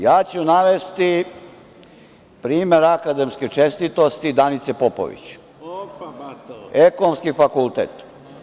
Ja ću navesti primer akademske čestitosti Danice Popović, Ekonomski fakultet.